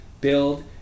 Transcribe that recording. build